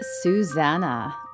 Susanna